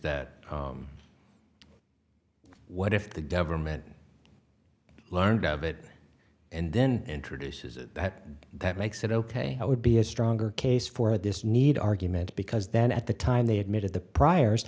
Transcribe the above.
that what if the government learned of it and then introduces that that makes it ok it would be a stronger case for this need argument because then at the time they admitted the prior